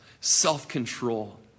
self-control